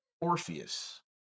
Orpheus